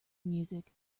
music